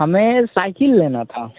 हमें साइकिल लेना था